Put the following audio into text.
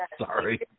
Sorry